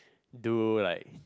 do like